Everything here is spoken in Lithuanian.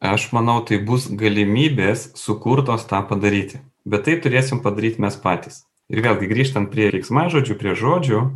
aš manau tai bus galimybės sukurtos tą padaryti bet tai turėsim padaryti mes patys ir vėlgi grįžtant prie keiksmažodžių prie žodžių